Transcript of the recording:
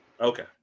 Okay